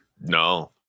No